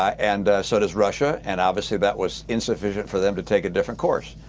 and so does russia and obviously that was insufficient for them to take a different course.